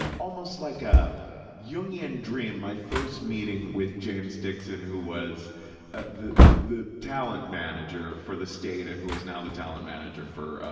almost like a jungian dream. my first meeting with james dixon, who was ah the the talent manager for the state and who is now the talent manager for,